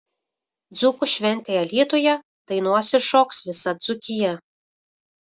dzūkų šventėje alytuje dainuos ir šoks visa dzūkija